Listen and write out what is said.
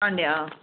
Sunday